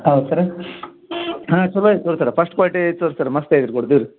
ಹೌದಾ ಸರ ಹಾಂ ಚಲೋ ಐತೆ ನೋಡಿ ಸರ ಫಸ್ಟ್ ಕ್ವಾಲಿಟಿ ಐತೆ ಸರ್ ಮಸ್ತ್ ಐತ್ರಿ ಕೊಡ್ತೀವಿ ರೀ